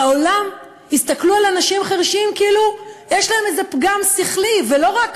בעולם הסתכלו על אנשים חירשים כאילו יש להם איזה פגם שכלי ולא רק